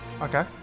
okay